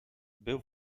był